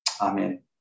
Amen